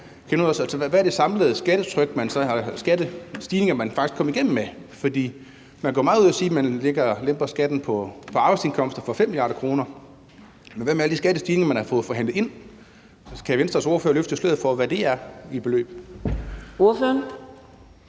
hvad de samlede skattestigninger, man faktisk kom igennem med, er. For man gør meget ud af at sige, at man lemper skatten på arbejdsindkomster for 5 mia. kr., men hvad med alle de skattestigninger, man har fået forhandlet ind? Kan Venstres ordfører løfte sløret for, hvad det er i beløb?